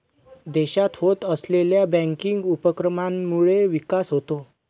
देशात होत असलेल्या बँकिंग उपक्रमांमुळे विकास होतो